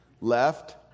left